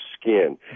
skin